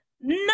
no